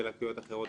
בלקויות אחרות,